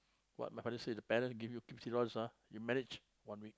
what my father say the parent give you fifty dollars ah you manage one week